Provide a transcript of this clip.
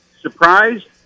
surprised